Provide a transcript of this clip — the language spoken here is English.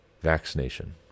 vaccination